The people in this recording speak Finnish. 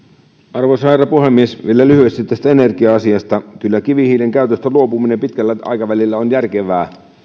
arvoisa herra puhemies vielä lyhyesti tästä energia asiasta kyllä kivihiilen käytöstä luopuminen pitkällä aikavälillä on järkevää